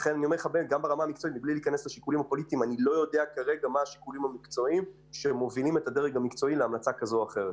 גם ברמה המקצועית איני יודע מה השיקולים שמובילים להחלטה כזו או אחרת.